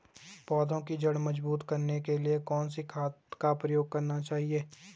पौधें की जड़ मजबूत करने के लिए कौन सी खाद का प्रयोग करना चाहिए?